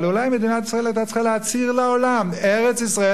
אבל אולי מדינת ישראל היתה צריכה להצהיר לעולם: ארץ-ישראל